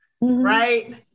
right